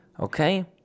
Okay